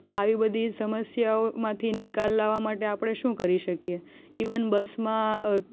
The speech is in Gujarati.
તો આવી બધી સમસ્યાઓમાંથી નિકાલ લાવવા માટે આપણે શું કરી શકીએ ઇવન બસમાં